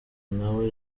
nawe